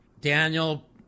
Daniel